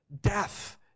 death